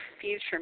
Future